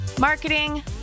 marketing